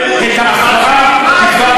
מסכים.